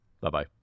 Bye-bye